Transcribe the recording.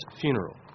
funeral